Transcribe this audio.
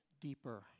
deeper